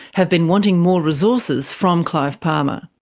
have been wanting more resources from clive palmer.